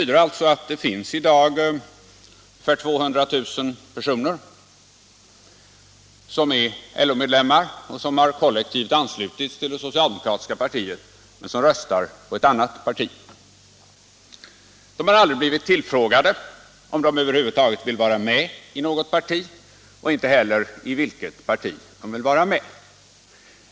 Detta betyder att det i dag finns ungefär 200 000 personer som är LO-medlemmar och som kollektivt har anslutits till det socialdemokratiska partiet men som röstar på ett annat parti. De har aldrig blivit tillfrågade om de över huvud taget vill vara med i något parti, inte heller i vilket parti de vill vara med.